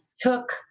took